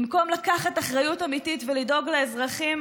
במקום לקחת אחריות אמיתית ולדאוג לאזרחים